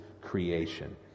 creation